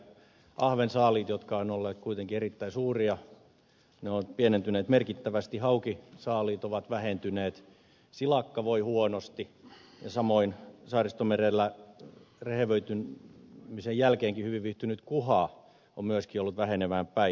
ahvensaaliit jotka ovat olleet kuitenkin erittäin suuria ovat pienentyneet merkittävästi haukisaaliit ovat vähentyneet silakka voi huonosti ja samoin saaristomerellä rehevöitymisen jälkeenkin hyvin viihtynyt kuha on myöskin ollut vähenemään päin